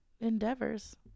endeavors